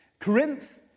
Corinth